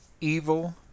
Evil